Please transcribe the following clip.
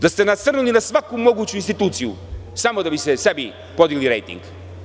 Da ste nasrnuli na svaku moguću instituciju samo da biste sebi podigli rejting.